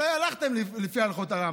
מתי הלכתם לפי הלכות הרמב"ם?